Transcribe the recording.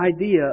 idea